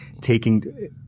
taking